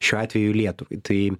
šiuo atveju lietuvai tai